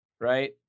right